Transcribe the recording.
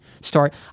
start